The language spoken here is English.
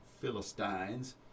Philistines